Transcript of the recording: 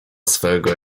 swego